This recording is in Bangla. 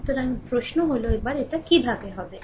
সুতরাং এখন প্রশ্ন এটি কিভাবে হবে